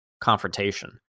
confrontation